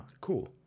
cool